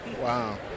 Wow